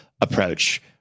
approach